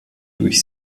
durch